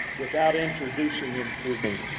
without introducing him to me,